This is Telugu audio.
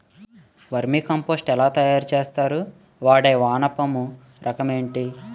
వెర్మి కంపోస్ట్ ఎలా తయారు చేస్తారు? వాడే వానపము రకం ఏంటి?